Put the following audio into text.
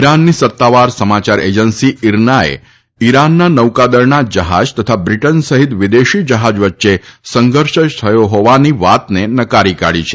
ઈરાનની સત્તાવાર સમાયાર એજન્સી ઈરનાએ ઈરાનના નૌકાદળના જહાજ તથા બ્રીટન સહિત વિદેશી જહાજ વચ્ચે સંઘર્ષ થયો હોવાની વાતને નકારી કાઢી છે